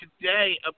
today